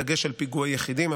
בדגש על פיגועי יחידים.